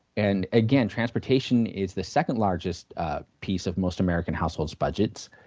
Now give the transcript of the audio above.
and again transportation is the second largest ah piece of most american households budgets.